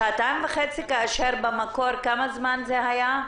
שעתיים וחצי כאשר במקור כמה זמן זה היה?